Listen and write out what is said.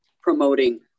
promoting